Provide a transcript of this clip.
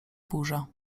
burza